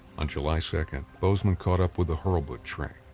on july second, bozeman caught up with the hurlbut train,